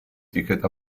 ticket